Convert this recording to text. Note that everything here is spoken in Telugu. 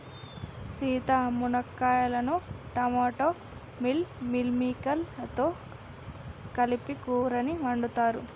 సీత మునక్కాయలను టమోటా మిల్ మిల్లిమేకేర్స్ లతో కలిపి కూరని వండుతారు